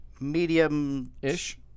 medium-ish